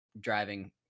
driving